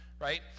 Right